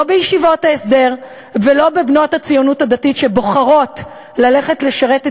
לא בישיבות ההסדר ולא בבנות הציונות הדתית שבוחרות ללכת לשרת את